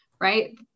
right